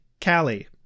Callie